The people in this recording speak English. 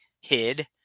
hid